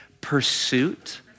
pursuit